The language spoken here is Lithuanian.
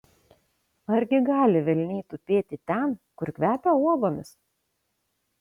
argi gali velniai tupėti ten kur kvepia uogomis